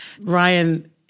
Ryan